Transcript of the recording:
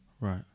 Right